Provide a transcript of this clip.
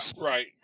Right